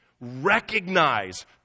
recognize